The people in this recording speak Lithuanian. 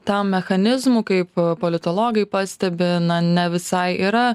tam mechanizmų kaip politologai pastebi na ne visai yra